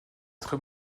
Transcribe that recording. très